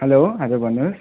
hello हजुर भन्नुहोस्